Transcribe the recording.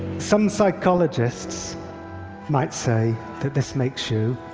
some psychologists might say that this makes you